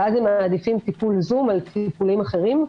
ואז הם מעדיפים טיפול זום על טיפולים אחרים.